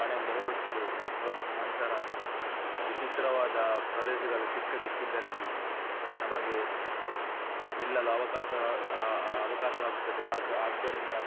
ಮನೆಯಿಂದ ಹೊರಡುತ್ತೇವೆ ಹೊರಡಿದ ನಂತರ ವಿಚಿತ್ರವಾದ ಪ್ರದೇಶಗಳ ಸಿಕ್ಕ ಸಿಕ್ಕಿದ್ದಲ್ಲಿ ನಮಗೆ ನಿಲ್ಲಲು ಅವಕಾಶ ಅವಕಾಶವಾಗುತ್ತದೆ ಆಗ ಆದ್ದರಿಂದ